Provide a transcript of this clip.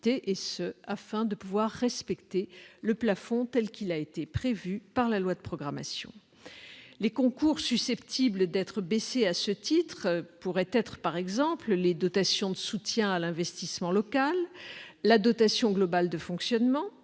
afin de respecter le plafond prévu par la loi de programmation. Les concours susceptibles d'être réduits à ce titre pourraient être, par exemple, les dotations de soutien à l'investissement local, la dotation globale de fonctionnement,